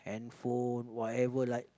handphone whatever like